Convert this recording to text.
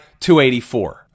284